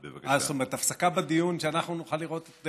אה, זאת אומרת, הפסקה בדיון שאנחנו נוכל לראות את